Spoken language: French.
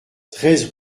treize